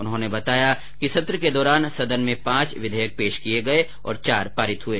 उन्होंने बताया कि सत्र के दौरान सदन में पांच विधेयक पेश किये गए और चार पारित हुए